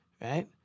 right